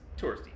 touristy